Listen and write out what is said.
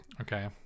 Okay